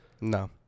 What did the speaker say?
No